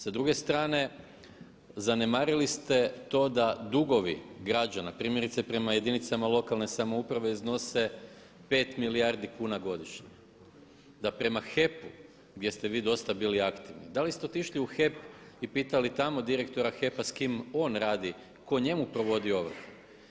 Sa druge strane zanemarili ste to da dugovi građana primjerice prema jedinicama lokalne samouprave iznose 5 milijardi kuna godišnje, da prema HEP-u gdje ste vi dosta bili aktivni, da li ste otišli u HEP i pitali tamo direktora HEP-a s kim on radi, ko njemu to vodi ovrhu?